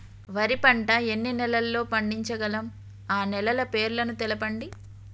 వరి పంట ఎన్ని నెలల్లో పండించగలం ఆ నెలల పేర్లను తెలుపండి?